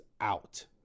out